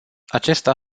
acesta